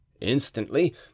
Instantly